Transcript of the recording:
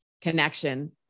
connection